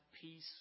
peace